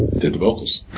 the vocals,